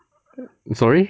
sorry